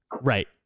Right